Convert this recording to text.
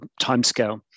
timescale